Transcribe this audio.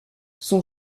son